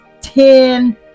ten